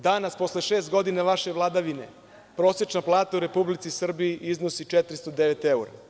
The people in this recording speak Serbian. Danas, posle šest godina vaše vladavine, prosečna plata u Republici Srbiji iznosi 409 evra.